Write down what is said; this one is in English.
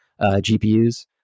GPUs